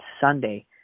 Sunday